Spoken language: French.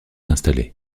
installé